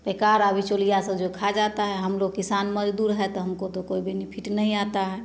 बेकारा बिचौलियाँ सब जो खा जाता है हम लोग किसान मजदूर है तो हमको तो कोई बेनिफिट नहीं आता है